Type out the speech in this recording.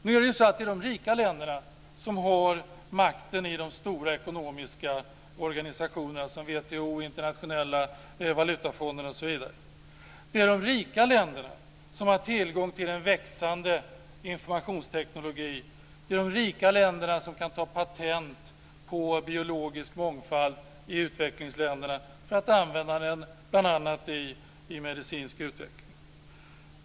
Nu är det så att det är de rika länderna som har makten i de stora ekonomiska organisationerna som WTO, Internationella valutafonden osv.; det är de rika länderna som har tillgång till en växande informationsteknologi, och det är de rika länderna som kan ta patent på biologisk mångfald i utvecklingsländerna för att använda den bl.a. i medicinsk utveckling.